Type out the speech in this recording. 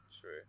true